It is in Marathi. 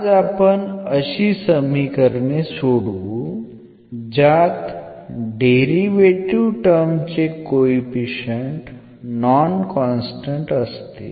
आज आपण अशी समीकरणे सोडवू ज्यात डेरिव्हेटीव्ह टर्म चे कोइफिशिअंट नॉन कॉन्स्टन्ट असतील